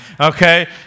okay